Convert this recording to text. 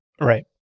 Right